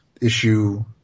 issue